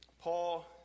Paul